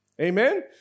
Amen